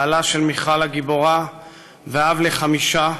בעלה של מיכל הגיבורה ואב לחמישה,